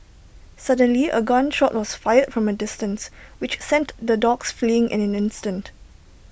suddenly A gun shot was fired from A distance which sent the dogs fleeing in an instant